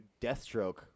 Deathstroke